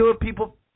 people